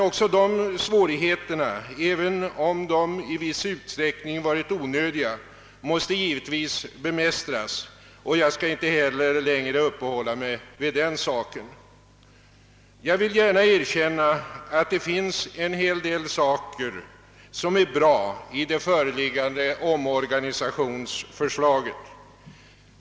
Också de svårigheterna — även om de i viss utsträckning varit onödiga — måste givetvis bemästras och jag skall inte heller uppehålla mig vid den saken. Jag vill gärna erkänna att det finns en hel del som är bra i det föreliggande omorganisationsförslaget.